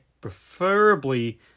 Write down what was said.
preferably